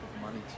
Money